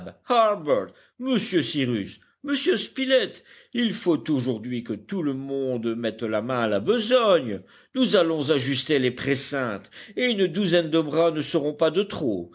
monsieur cyrus monsieur spilett il faut aujourd'hui que tout le monde mette la main à la besogne nous allons ajuster les précintes et une douzaine de bras ne seront pas de trop